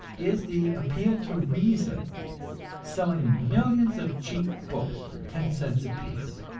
is the appeal to reason selling millions of cheap books for ten cents apiece,